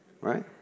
Right